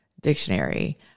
Dictionary